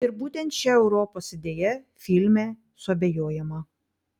ir būtent šia europos idėja filme suabejojama